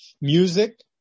music